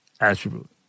attribute